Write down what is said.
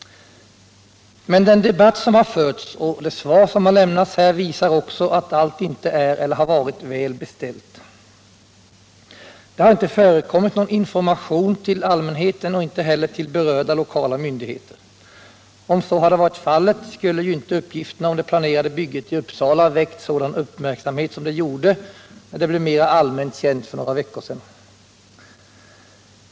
Men den debatt som har förts och det svar som har lämnats här visar också att allt inte är eller har varit väl beställt. Det har inte förekommit någon information till allmänheten och inte heller till berörda lokala myndigheter. Om så hade varit fallet skulle ju inte uppgifterna om det planerade bygget i Uppsala ha väckt sådan uppmärksamhet som de gjorde när de blev mera allmänt kända för några veckor sedan.